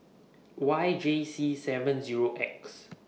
Y J C seven Zero X